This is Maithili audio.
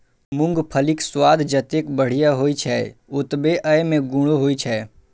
मूंगफलीक स्वाद जतेक बढ़िया होइ छै, ओतबे अय मे गुणो होइ छै